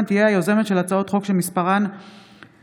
תהיה היוזמת של הצעות החוק שמספרן פ/155/24,